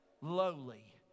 lowly